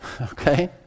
okay